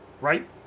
right